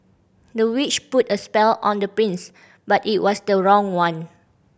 the witch put a spell on the prince but it was the wrong one